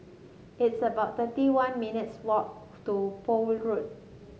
it's about thirty one minutes walk to Poole Road